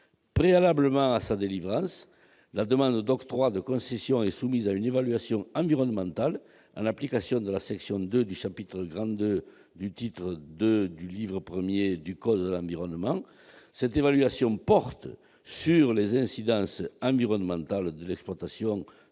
Préalablement à sa délivrance, la demande d'octroi de concessions est soumise à une évaluation environnementale, en application de la section 2 du chapitre II du titre II du livre I du code de l'environnement. Cette évaluation porte sur les incidences environnementales de l'exploitation du périmètre